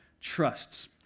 trusts